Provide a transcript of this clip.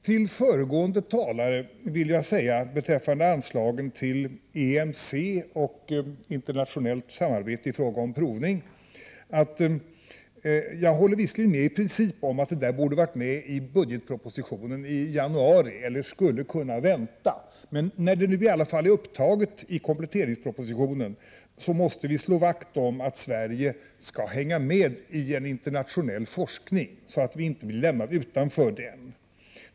Till föregående talare vill jag beträffande anslag till EMC och internationellt samarbete i fråga om provning säga att jag visserligen i princip håller med om att det borde ha varit med i budgetpropositionen i januari, eller att man skulle ha kunnat vänta. Men när det i alla fall blev upptaget i kompletteringspropositionen måste vi slå vakt om att Sverige hänger med i den internationella forskningen så att vi inte blir lämnade utanför.